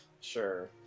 Sure